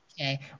okay